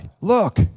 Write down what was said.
look